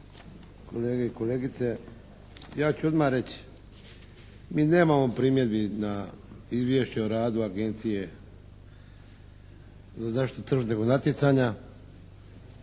kolege i kolegice. Ja ću odmah reći, mi nemamo primjedbi na Izvješće o radu Agencije za zaštitu tržišnog natjecanja